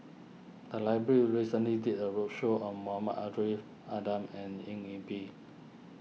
the library recently did a roadshow on Muhammad Ariff Ahmad and Eng Yee Peng